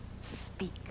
speak